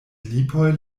lipoj